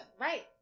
Right